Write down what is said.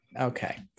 okay